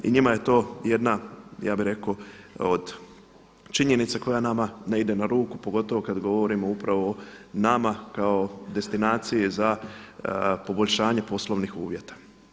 I njima je to jedna ja bih rekao od činjenica koja nama ne ide na ruku pogotovo kad govorimo upravo nama kao destinaciji za poboljšanje poslovnih uvjeta.